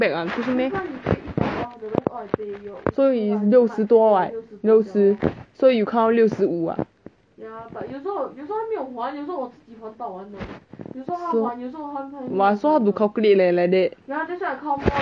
back [what] 不是 meh so is 六十多 [what] 六十 so you count 六十五 [what] but so hard to calculate leh like that